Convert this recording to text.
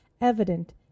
evident